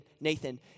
Nathan